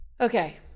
Okay